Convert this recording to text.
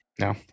No